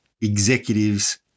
executives